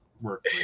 work